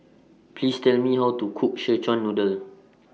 Please Tell Me How to Cook Szechuan Noodle